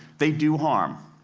they do harm.